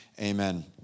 amen